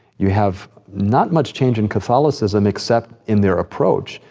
you have not much change in catholicism except in their approach.